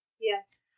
Yes